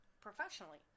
professionally